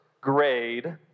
grade